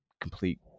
complete